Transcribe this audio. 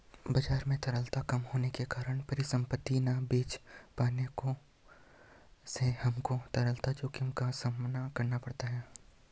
बाजार में तरलता कम होने के कारण परिसंपत्ति ना बेच पाने से हमको तरलता जोखिम का सामना करना पड़ता है